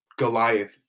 Goliath